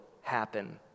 happen